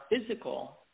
physical